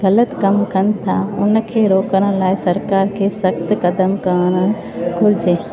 ग़लति कमु कनि था हुनखे रोकण लाइ सरकारि खे सख़्तु क़दमु करणु घुरिजे